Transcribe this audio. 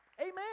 Amen